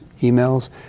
emails